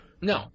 No